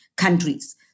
Countries